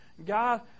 God